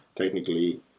Technically